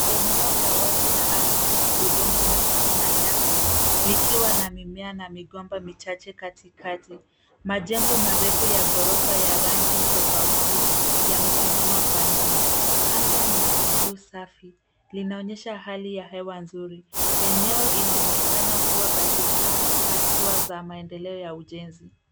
Eneo la wazi la ardhi yenye udongo mwekundu na nyasi, likiwa na mimea na migomba michache katikati. Majengo marefu ya ghorofa ya rangi tofauti, yamesimama kwa nyuma. Anga ni la bluu safi, linaonyesha hali ya hewa nzuri. Eneo inaonekana kuwa katika hatua za maendeleo ya ujenzi.